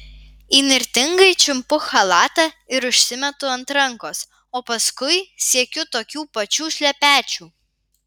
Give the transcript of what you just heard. įnirtingai čiumpu chalatą ir užsimetu ant rankos o paskui siekiu tokių pačių šlepečių